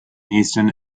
eastern